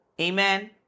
Amen